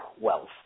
wealth